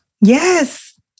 Yes